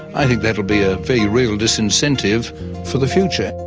i think that would be a very real disincentive for the future.